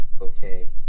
okay